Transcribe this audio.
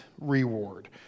reward